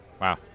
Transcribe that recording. Wow